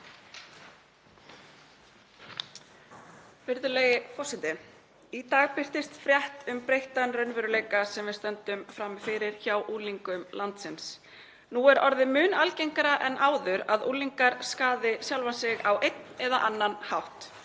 Virðulegi forseti. Í dag birtist frétt um breyttan raunveruleika sem við stöndum frammi fyrir hjá unglingum landsins. Nú er orðið mun algengara en áður að unglingar skaði sjálfa sig á einn eða annan hátt.